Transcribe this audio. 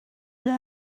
day